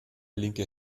linke